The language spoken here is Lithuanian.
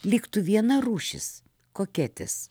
liktų viena rūšis koketės